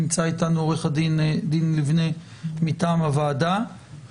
נמצא איתנו עו"ד דין לבנה מטעם הוועדה,